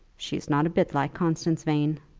she is not a bit like constance vane,